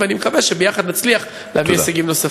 ואני מקווה שביחד נצליח להביא הישגים נוספים.